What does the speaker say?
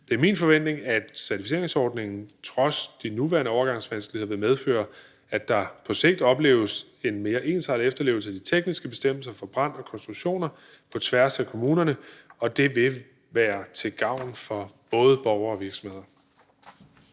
Det er min forventning, at certificeringsordningen trods de nuværende overgangsvanskeligheder vil medføre, at der på sigt opleves en mere ensartet efterlevelse af de tekniske bestemmelser for brand og konstruktioner på tværs af kommunerne, og det vil være til gavn for både borgere og virksomheder.